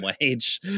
wage